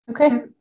okay